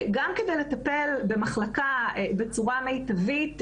גם כדי לטפל במחלקה בצורה מיטבית,